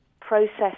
process